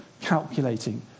calculating